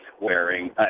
wearing